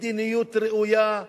מדיניות ראויה,